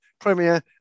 Premier